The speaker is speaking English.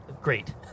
Great